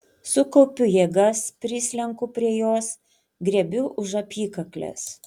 sukaupiu jėgas prislenku prie jos griebiu už apykaklės